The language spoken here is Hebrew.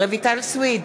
רויטל סויד,